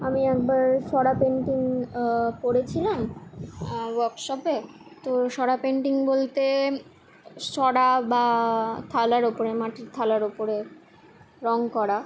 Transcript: আমি একবার সরা পেন্টিং করেছিলাম আর ওয়ার্কশপে তো সরা পেন্টিং বলতে সরা বা থালার ওপরে মাটির থালার ওপরে রং করা